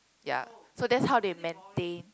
ya so that's how they maintain